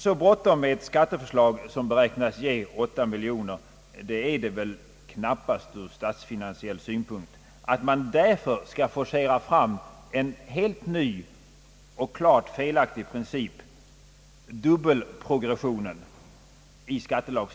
Så bråttom ur statsfinansiell synpunkt är det väl knappast med ett skatteförslag som beräknas ge 8 miljoner, att man skall behöva forcera fram en i skattelagstiftningen helt ny och klart felaktig princip som dubbelprogressionen.